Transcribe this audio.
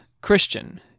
Christian